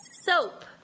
soap